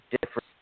different